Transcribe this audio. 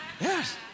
Yes